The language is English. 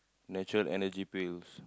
natural Energy Pills